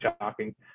shocking